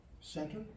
center